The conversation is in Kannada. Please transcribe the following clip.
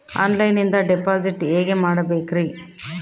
ಆನ್ಲೈನಿಂದ ಡಿಪಾಸಿಟ್ ಹೇಗೆ ಮಾಡಬೇಕ್ರಿ?